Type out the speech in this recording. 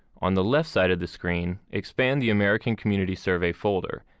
on the left side of the screen, expand the american community survey folder,